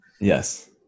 Yes